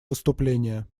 выступления